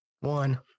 one